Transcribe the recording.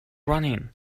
running